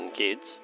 kids